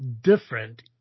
different